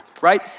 right